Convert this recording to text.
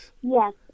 Yes